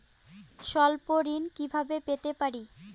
স্বল্প ঋণ কিভাবে পেতে পারি?